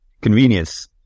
convenience